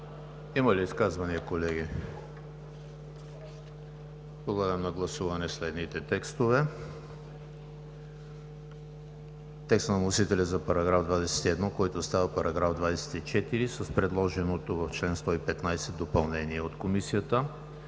Има ли изказвания, колеги? Няма. Подлагам на гласуване следните текстове: текста на вносителя за § 21, който става § 24, с предложеното в чл. 115 допълнение от Комисията;